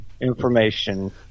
information